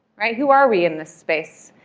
who are we in this space?